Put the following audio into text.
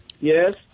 Yes